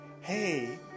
hey